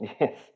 Yes